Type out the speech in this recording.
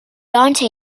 dante